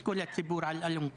את כל הציבור על אלונקה,